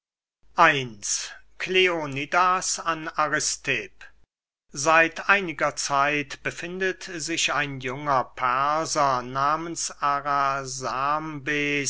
xxvii kleonidas an aristipp seit einiger zeit befindet sich ein junger perser nahmens